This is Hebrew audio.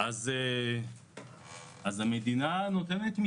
אז המדינה הייתה מספקת לי